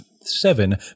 seven